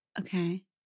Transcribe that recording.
Okay